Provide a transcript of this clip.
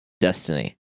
Destiny